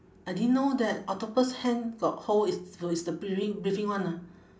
I didn't know that octopus hand got hole is for is the breathing breathing [one] ah